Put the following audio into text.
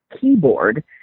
keyboard